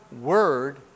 word